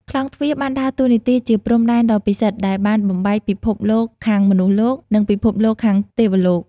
ក្លោងទ្វារបានដើរតួនាទីជាព្រំដែនដ៏ពិសិដ្ឋដែលបានបំបែកពិភពលោកខាងមនុស្សលោក និងពិភពលោកខាងទេវលោក។